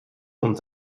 und